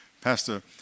Pastor